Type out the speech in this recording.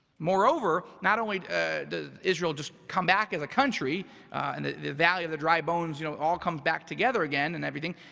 moreover, not only does israel just come back as a country and the the valley of the dry bones, you know all come back together, again and everything.